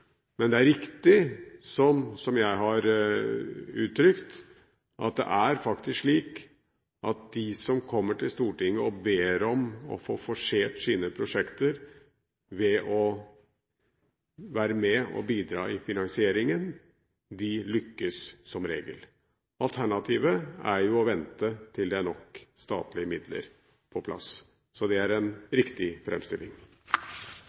men det er riktig, som jeg har uttrykt, at de som kommer til Stortinget og ber om å få forsert sine prosjekter ved å være med og bidra i finansieringen, lykkes som regel. Alternativet er å vente til det er nok statlige midler på plass. Det er en riktig fremstilling.